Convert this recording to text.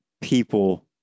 people